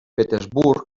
petersburg